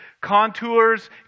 contours